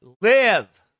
live